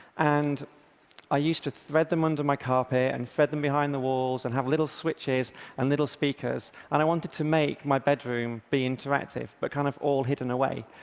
and i used to thread them under my carpet and thread them behind the walls and have little switches and little speakers, and i wanted to make my bedroom be interactive but kind of all hidden away.